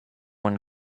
when